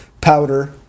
powder